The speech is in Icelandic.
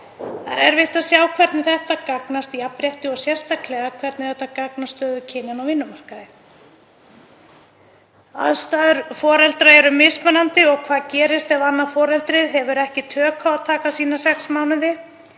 Það er erfitt að sjá hvernig þetta gagnast jafnrétti og sérstaklega hvernig þetta gagnast stöðu kynjanna á vinnumarkaði. Aðstæður foreldra eru mismunandi og hvað gerist ef annað foreldrið hefur ekki tök á að taka sína sex mánuði?